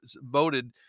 voted